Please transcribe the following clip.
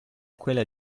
quella